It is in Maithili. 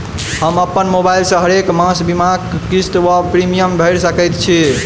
हम अप्पन मोबाइल सँ हरेक मास बीमाक किस्त वा प्रिमियम भैर सकैत छी?